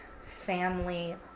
family